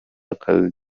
akazi